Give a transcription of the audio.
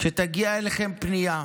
כשתגיע אליכם פנייה